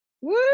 Woo